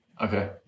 Okay